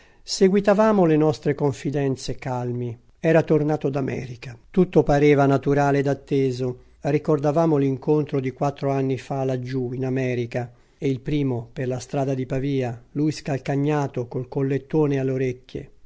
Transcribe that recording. spiaggia seguitavamo le nostre confidenze calmi era tornato d'america tutto pareva naturale ed atteso ricordavamo l'incontro di quattro anni fa laggiù in america e il primo per la strada di pavia lui scalcagnato col collettone alle orecchie